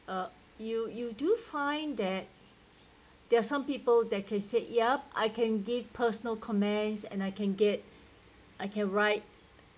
uh you you do find that there are some people they can said yup I can give personal comments and I can get I can write